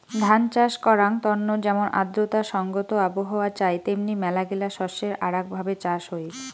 ধান চাষ করাঙ তন্ন যেমন আর্দ্রতা সংগত আবহাওয়া চাই তেমনি মেলাগিলা শস্যের আরাক ভাবে চাষ হই